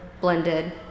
blended